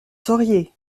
sauriez